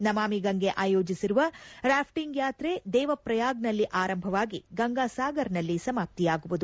ನಮಾಮಿ ಗಂಗೆ ಆಯೋಜಿಸಿರುವ ರ್ಕಾಪ್ಟಿಂಗ್ ಯಾತ್ರೆ ದೇವಪ್ರಯಾಗ್ನಲ್ಲಿ ಆರಂಭವಾಗಿ ಗಂಗಾ ಸಾಗರ್ನಲ್ಲಿ ಸಮಾಪ್ತಿಯಾಗುವುದು